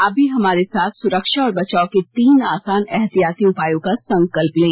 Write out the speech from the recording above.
आप भी हमारे साथ सुरक्षा और बचाव के तीन आसान एहतियाती उपायों का संकल्प लें